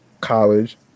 college